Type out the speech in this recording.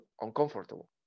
uncomfortable